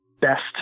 best